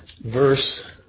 verse